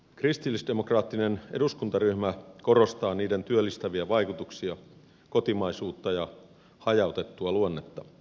kristillisdemokraattinen eduskuntaryhmä korostaa niiden työllistäviä vaikutuksia kotimaisuutta ja hajautettua luonnetta